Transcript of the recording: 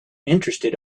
interested